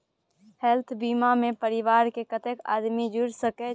Health बीमा मे परिवार के कत्ते आदमी जुर सके छै?